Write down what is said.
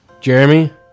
Jeremy